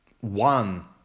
one